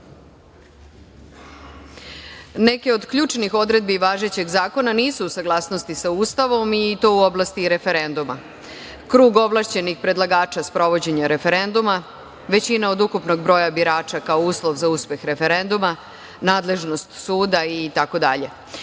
od ključnih odredbi važećeg zakona nisu u saglasnosti sa Ustavom, i to u oblasti referenduma - krug ovlašćenih predlagača sprovođenja referenduma, većina od ukupnog broja birača kao uslov za uspeh referenduma, nadležnost suda, itd.U